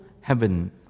heaven